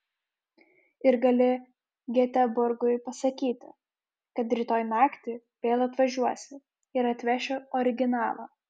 ir gali geteborgui pasakyti kad rytoj naktį vėl atvažiuosi ir atveši originalą